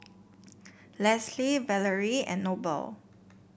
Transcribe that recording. Leslee Valerie and Noble